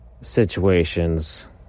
situations